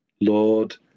Lord